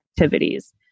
activities